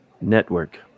network